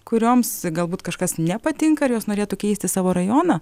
kurioms galbūt kažkas nepatinka ar jos norėtų keisti savo rajoną